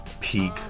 peak